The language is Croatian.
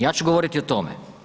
Ja ću govoriti o tome.